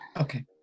Okay